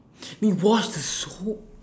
you wash with soap